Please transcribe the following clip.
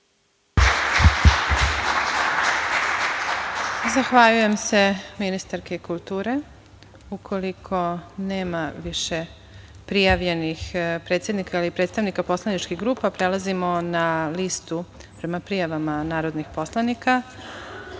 Zahvaljujem se ministarki kulture. Ukoliko nema više prijavljenih predsednika ili predstavnika poslaničkih grupa, prelazimo na listu prema prijavama narodnih poslanika. Reč